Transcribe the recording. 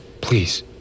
Please